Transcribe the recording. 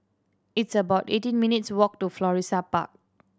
it's about eighteen minutes' walk to Florissa Park